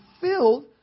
filled